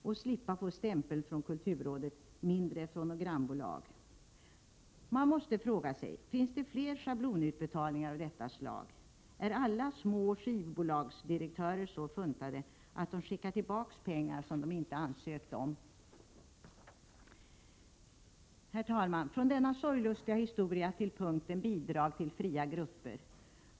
Och slippa få stämpeln från Kulturrådet — ”mindre fonogram Man måste fråga sig: Finns det fler schablonutbetalningar av detta slag? Är alla små skivbolagsdirektörer så funtade att de skickar tillbaka pengar som de inte ansökt om? Herr talman! Från denna sorglustiga historia övergår jag till punkten Bidrag till fria grupper.